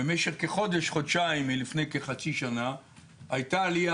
במשך כחודש-חודשים מלפני כחצי שנה הייתה עלייה